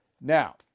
Now